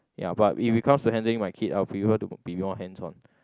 ya but if it comes to handling my kid I will prefer to be more hands on